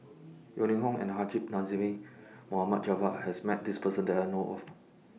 Yeo Ning Hong and Haji Namazie Mohd Javad has Met This Person that I know of